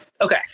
Okay